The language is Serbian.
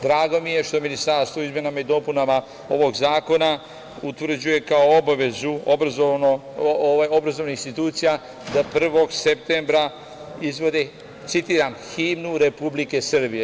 Drago mi je što Ministarstvo izmenama i dopunama ovog zakona utvrđuje kao obavezu obrazovnih institucija da 1. septembra izvode, citiram – himnu Republike Srbije.